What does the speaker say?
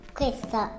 Questa